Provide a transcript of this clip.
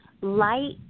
Light